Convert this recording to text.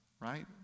right